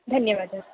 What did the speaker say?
धन्यवादः